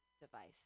device